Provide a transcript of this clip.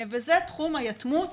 וזה תחום היתמות